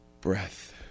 breath